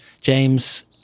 James